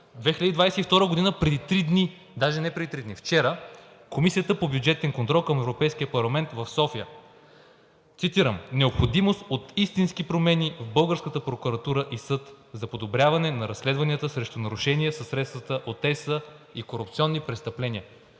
2022 г. – преди три дни, даже не преди три дни, а от вчера в Комисията по бюджетен контрол към Европейския парламент в София, цитирам: „Необходимост от истински промени в българската прокуратура и съд за подобряване на разследвания срещу нарушения със средствата от ЕС и корупционните престъпления“.